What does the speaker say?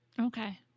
okay